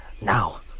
Now